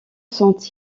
sont